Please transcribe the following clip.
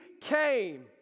came